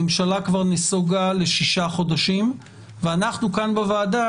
הממשלה כבר נסוגה ל-6 חודשים ואנחנו בוועדה